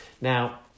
Now